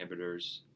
inhibitors